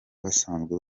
basanzwe